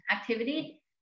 activity